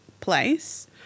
place